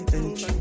edge